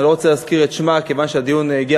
אני לא רוצה להזכיר את שמה כיוון שהדיון הגיע